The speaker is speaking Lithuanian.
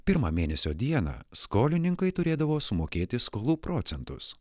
pirmą mėnesio dieną skolininkai turėdavo sumokėti skolų procentus